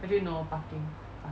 actually no ah parking